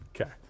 Okay